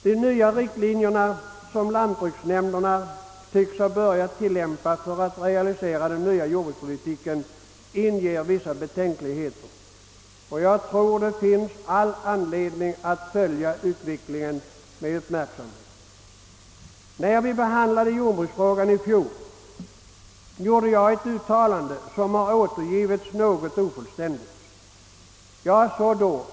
De nya riktlinjer som lantbruksnämnderna tycks ha börjat tillämpa för att realisera den nya jordbrukspolitiken inger vissa betänkligheter, och jag tror att det finns all anledning att följa utvecklingen med uppmärksamhet. När vi behandlade jordbruksfrågan i fjol gjorde jag ett uttalande som har återgivits något ofullständigt.